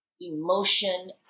emotion